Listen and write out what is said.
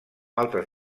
altres